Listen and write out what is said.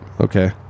Okay